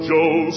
Joe